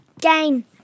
game